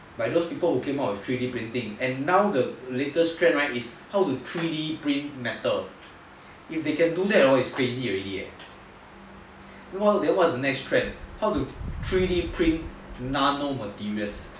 like those people who came out with three D printing and now the latest trend right is how to three D print metal if they can do that hor is crazy already eh then moving on to the next trend how to three d print nano materials